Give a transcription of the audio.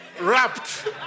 wrapped